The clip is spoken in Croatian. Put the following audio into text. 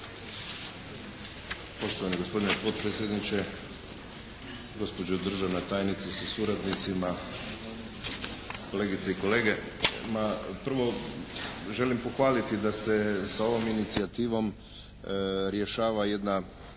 Poštovani gospodine potpredsjedniče, gospođo državna tajnice sa suradnicima, kolegice i kolege. Prvo želim pohvaliti da se sa ovom inicijativom rješava jedna